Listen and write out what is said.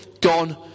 gone